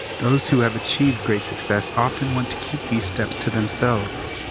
those who have achieved great success, often want to keep these steps to themselves.